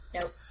Nope